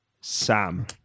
Sam